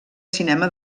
cinema